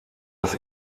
das